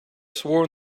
sworn